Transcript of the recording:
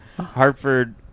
Hartford